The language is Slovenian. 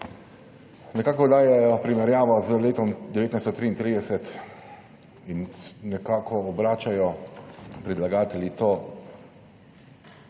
Nekako dajejo primerjavo z letom 1933 in nekako obračajo predlagatelji ta